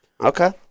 Okay